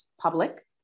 public